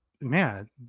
man